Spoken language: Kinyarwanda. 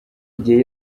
igihe